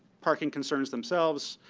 parking concerns themselves,